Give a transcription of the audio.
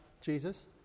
Jesus